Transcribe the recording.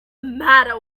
matter